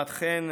ענת חן,